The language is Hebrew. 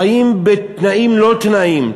חיים בתנאים לא תנאים.